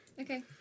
Okay